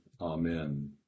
Amen